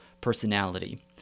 personality